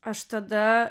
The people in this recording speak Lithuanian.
aš tada